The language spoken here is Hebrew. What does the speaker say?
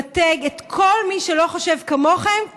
למתג את כל מי שלא חושב כמוכם כבוגד.